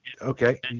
Okay